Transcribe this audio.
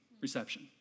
reception